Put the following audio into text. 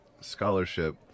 scholarship